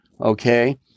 okay